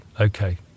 okay